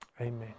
Amen